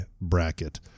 bracket